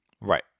Right